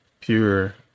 pure